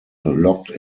locked